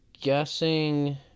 guessing